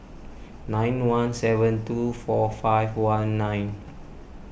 nine one seven two four five one nine